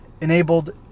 enabled